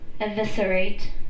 eviscerate